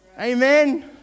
Amen